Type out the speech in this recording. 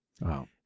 Wow